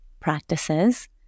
Practices